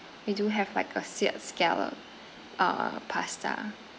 we do have like a seared scallop err pasta